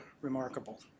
remarkable